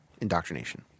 indoctrination